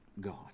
God